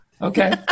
Okay